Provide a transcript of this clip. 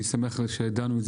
אני שמח שדנו בו.